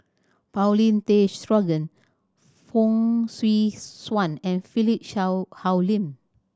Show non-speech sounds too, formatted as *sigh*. Paulin Tay Straughan Fong Swee Suan and Philip *unintelligible* Hoalim